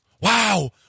Wow